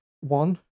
one